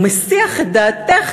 הוא מסיח את דעתך,